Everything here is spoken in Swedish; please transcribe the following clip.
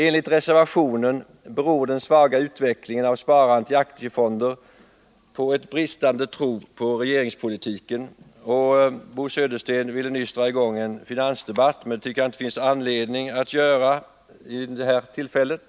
Enligt reservationen beror den svaga utvecklingen av sparandet i aktiefonder på en bristande tro på regeringspolitiken. Bo Södersten ville mot den bakgrunden dra i gång en finansdebatt, men jag tycker inte att det finns anledning att göra det vid det här tillfället.